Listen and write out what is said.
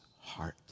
heart